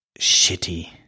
shitty